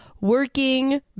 working